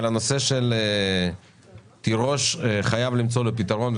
אבל הנושא של תירוש חייבים למצוא לו פתרון.